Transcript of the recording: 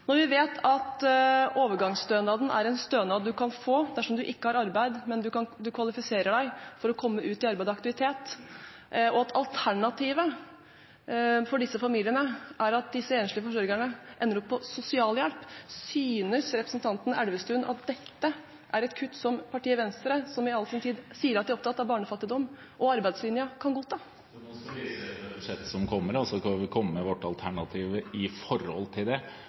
Når vi vet at overgangsstønaden er en stønad man kan få dersom man ikke har arbeid, men som kvalifiserer for å komme ut i arbeid og aktivitet, og at alternativet for disse familiene er at disse enslige forsørgerne ender opp med sosialhjelp: Synes representanten Elvestuen at dette er et kutt som partiet Venstre, som alltid sier at de er opptatt av barnefattigdom og arbeidslinja, kan godta? Nå skal vi se på det budsjettet som kommer, og så skal vi komme med vårt alternativ til det. Når det